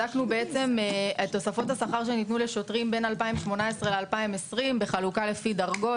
בדקנו את תוספות השכר שניתנו לשוטרים בין 2018 ל-2020 בחלוקה לפי דרגות,